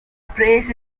praise